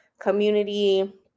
Community